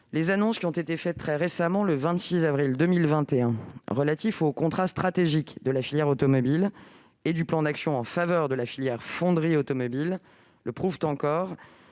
de notre secteur automobile. Les annonces du 26 avril 2021 relatives au contrat stratégique de la filière automobile et du plan d'action en faveur de la filière fonderie automobile le prouvent encore.